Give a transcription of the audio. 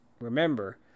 remember